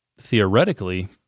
theoretically